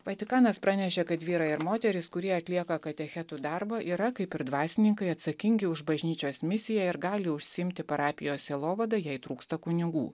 vatikanas pranešė kad vyrai ir moterys kurie atlieka katechetų darbą yra kaip ir dvasininkai atsakingi už bažnyčios misiją ir gali užsiimti parapijos sielovada jei trūksta kunigų